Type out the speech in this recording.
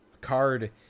card